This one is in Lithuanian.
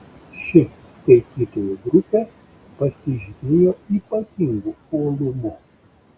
ši skaitytojų grupė pasižymėjo ypatingu uolumu